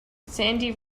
sandy